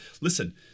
listen